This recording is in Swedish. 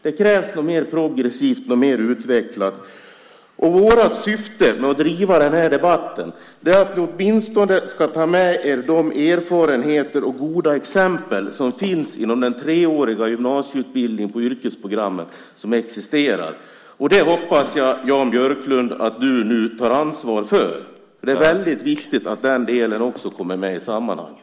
Det krävs något mer progressivt, något mer utvecklat. Vårt syfte med att driva den här debatten är att ni åtminstone ska ta med er de erfarenheter och goda exempel som finns inom den treåriga gymnasieutbildningen på yrkesprogrammet som existerar. Det hoppas jag, Jan Björklund, att du nu tar ansvar för. Det är väldigt viktigt att den delen också kommer med i sammanhanget.